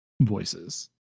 voices